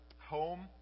home